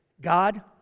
God